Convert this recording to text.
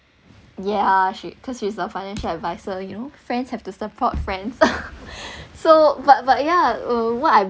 ya she cause she's a financial adviser you know friends have to support friends so but but yeah uh what I